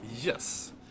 Yes